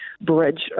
Bridge